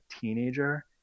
teenager